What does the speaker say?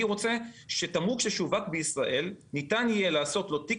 אני רוצה שתמרוק ששווק בישראל ניתן יהיה לעשות לו תיק